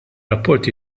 rapporti